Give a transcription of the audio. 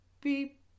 beep